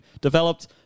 developed